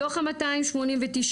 מתוך ה-289,